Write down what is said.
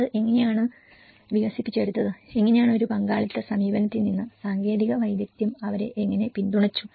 അത് എങ്ങനെയാണ് വികസിപ്പിച്ചെടുത്തത് എങ്ങനെയാണ് ഒരു പങ്കാളിത്ത സമീപനത്തിൽ നിന്ന് സാങ്കേതിക വൈദഗ്ധ്യം അവരെ എങ്ങനെ പിന്തുണച്ചു